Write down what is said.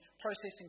processing